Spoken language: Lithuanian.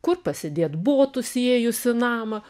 kur pasidėt botus įėjus namą